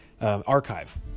archive